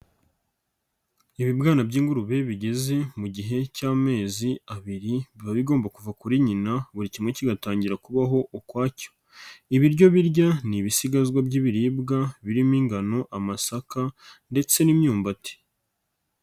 Ibibwana by'ingurube bigeze mu gihe cy'amezi abiri biba bigomba kuva kuri nyina buri kimwe kigatangira kubaho ukwacyo, ibiryo birya ni ibisigazwa by'ibiribwa birimo ingano, amasaka ndetse n'imyumbati.